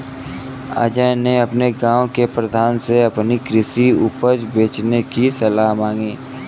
अजय ने अपने गांव के प्रधान से अपनी कृषि उपज बेचने की सलाह मांगी